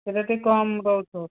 ସଇଟା ଟିକିଏ କମ ରହୁଥିବ